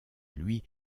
lui